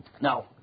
Now